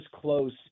close—